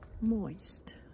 moist